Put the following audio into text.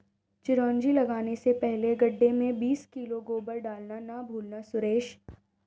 चिरौंजी लगाने से पहले गड्ढे में बीस किलो गोबर डालना ना भूलना सुरेश